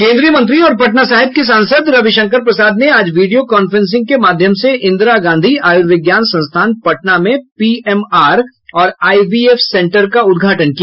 केंद्रीय मंत्री और पटना साहिब के सासंद रविशंकर प्रसाद ने आज वीडियो कॉन्फ्रेंसिंग के माध्यम से इंदिरा गांधी आयुर्विज्ञान संस्थान पटना में पीएमआर और आईवीएफ सेंटर का उद्घघाटन किया